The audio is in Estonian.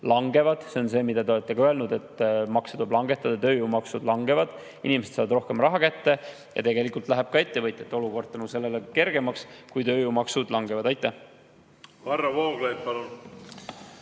langevad. See on see, mida te olete ka öelnud, et makse tuleb langetada. Tööjõumaksud langevad, inimesed saavad rohkem raha kätte ja tegelikult läheb ka ettevõtjate olukord tänu sellele kergemaks, et tööjõumaksud langevad. Varro